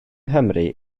nghymru